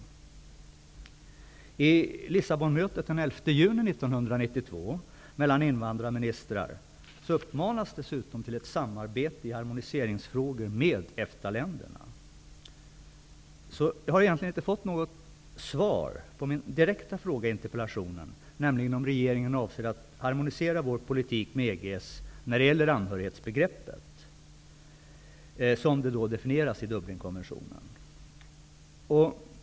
Vid Lissabonmötet den 11 juni 1992 mellan invandrarministrar uppmanades dessutom till ett samarbete med EFTA-länderna i harmoniseringsfrågor. Jag har egentligen inte fått något svar på den direkta frågan i min interpellation, nämligen om regeringen avser att harmonisera vår politik med EG:s när det gäller anhörighetsbegreppet, som det definieras i Dublinkonventionen.